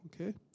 okay